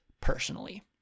personally